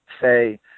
say